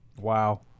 Wow